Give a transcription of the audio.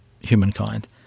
humankind